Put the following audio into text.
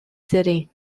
city